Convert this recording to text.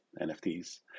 NFTs